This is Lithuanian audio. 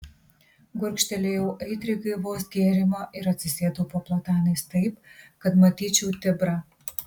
gurkštelėjau aitriai gaivaus gėrimo ir atsisėdau po platanais taip kad matyčiau tibrą